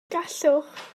gallwch